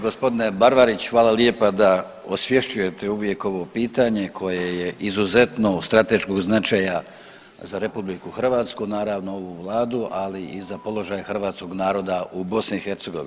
Gospodine Barbarić hvala lijepa da osvješćujete uvijek ovo pitanje koje je izuzetno od strateškog značaja za RH, naravno ovu vladu, ali i za položaj hrvatskog naroda u BiH.